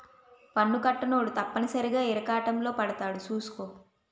పన్ను కట్టనోడు తప్పనిసరిగా ఇరకాటంలో పడతాడు సూసుకో